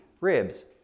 ribs